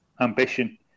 ambition